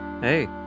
Hey